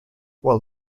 well